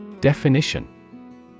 Definition